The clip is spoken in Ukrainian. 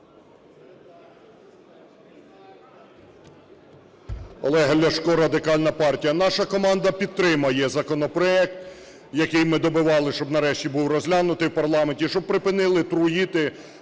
Олег Ляшко, Радикальна партія. Наша команда підтримає законопроект, який ми добивали, щоб нарешті був розглянутий в парламенті, щоб припинили труїти